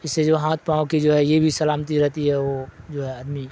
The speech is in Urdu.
اس سے جو ہاتھ پاؤں کی جو ہے یہ بھی سلامتی رہتی ہے وہ جو ہے آدمی